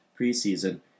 preseason